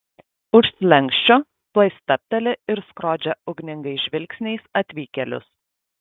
už slenksčio tuoj stabteli ir skrodžia ugningais žvilgsniais atvykėlius